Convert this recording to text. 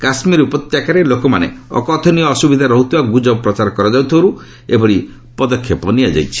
କାଶ୍ମୀର ଉପତ୍ୟକାରେ ଲୋକମାନେ ଅକଥନୀୟ ଅସୁବିଧାରେ ରହୁଥିବା ଗୁଜବ ପ୍ରଚାର କରାଯାଉଥିବାରୁ ଏଭଳି ପଦକ୍ଷେପ ନିଆଯାଇଛି